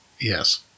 Yes